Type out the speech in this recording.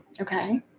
Okay